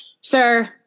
sir